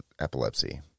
epilepsy